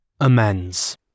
Amends